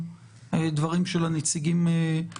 החוק כפ